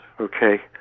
okay